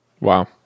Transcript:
Wow